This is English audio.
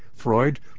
Freud